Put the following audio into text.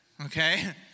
okay